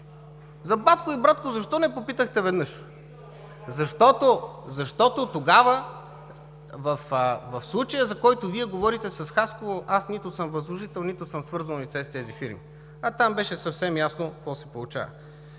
За „Батко и Братко“ защо не попитахте веднъж? (Реплика от „БСП за България“.) В случая, за който Вие говорите с Хасково, аз нито съм възложител, нито съм свързано лице с тези фирми. А там беше съвсем ясно какво се получава.